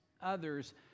others